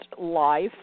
life